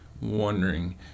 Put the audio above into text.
wondering